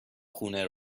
خونه